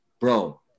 bro